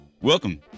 Welcome